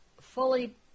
fully